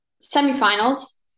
semi-finals